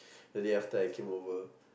the day after I came over